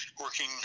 working